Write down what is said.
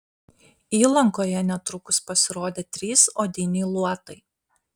įlankoje netrukus pasirodė trys odiniai luotai